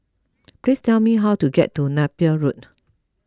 please tell me how to get to Napier Road